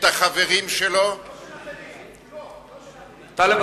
את החברים שלו, לא של אחרים, שלו.